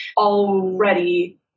already